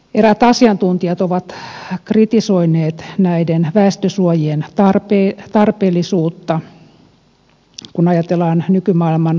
eräät asiantuntijat ovat kritisoineet näiden väestösuojien tarpeellisuutta kun ajatellaan nykymaailman uhkakuvia